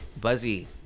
Buzzy